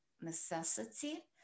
necessity